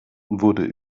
wurde